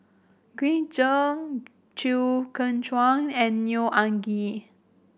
Green Zeng Chew Kheng Chuan and Neo Anngee